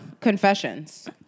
confessions